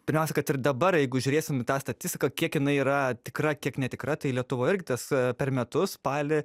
pirmiausia kad ir dabar jeigu žiūrėsim į tą statistiką kiek jinai yra tikra kiek netikra tai lietuvoj irgi tas per metus spalį